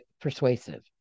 persuasive